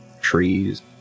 trees